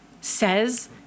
says